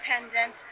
independent